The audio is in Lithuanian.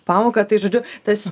pamoką tai žodžiu tas